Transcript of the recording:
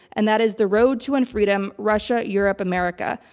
and that is the road to unfreedom russia, europe, america.